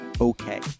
okay